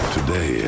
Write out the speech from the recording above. Today